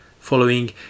following